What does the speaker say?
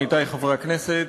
עמיתי חברי הכנסת,